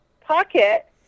pocket